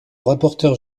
rapporteur